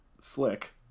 Flick